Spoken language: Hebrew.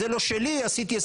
זה לא שלי, עשיתי הסכם איתו.